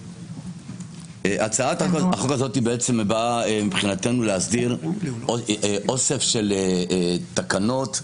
הצעת החוק הזאת באה מבחינתנו להסדיר אוסף של תקנות,